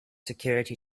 security